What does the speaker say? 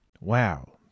Wow